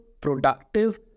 productive